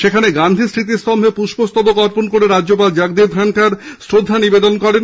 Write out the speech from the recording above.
সেখানে গান্ধী স্মৃতিস্তম্ভে পুষ্পস্তবক অর্পণ করে রাজ্যপাল জগদীপ ধনখড় শ্রদ্ধা নিবেদন করেন